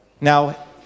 Now